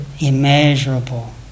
immeasurable